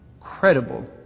credible